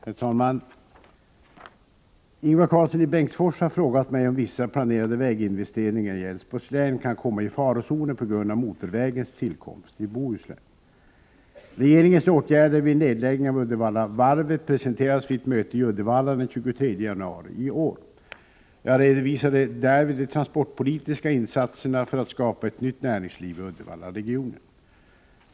Herr talman! Ingvar Karlsson i Bengtsfors har frågat mig om vissa planerade väginvesteringar i Älvsborgs län kan komma i farozonen på grund av motorvägens tillkomst i Bohuslän. Regeringens åtgärder vid en nedläggning av Uddevallavarvet presenterades vid ett möte i Uddevalla den 23 januari i år. Jag redovisade därvid de transportpolitiska insatserna för att skapa ett nytt näringsliv i Uddevallaregionen.